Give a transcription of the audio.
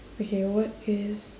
okay what is